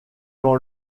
quand